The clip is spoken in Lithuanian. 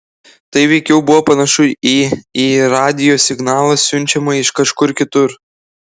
tai veikiau buvo panašu į į radijo signalą siunčiamą iš kažkur kitur